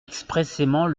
expressément